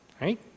Right